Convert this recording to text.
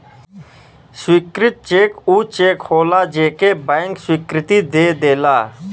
स्वीकृत चेक ऊ चेक होलाजे के बैंक स्वीकृति दे देला